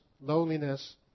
loneliness